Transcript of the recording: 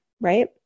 right